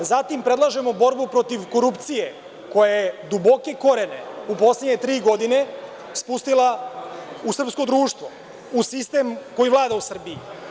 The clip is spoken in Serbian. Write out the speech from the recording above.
Zatim predlažemo borbu protiv korupcije koja je duboke korene u poslednje tri godine spustila u srpsko društvo, u sistem koji vlada u Srbiji.